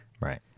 Right